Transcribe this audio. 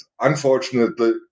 Unfortunately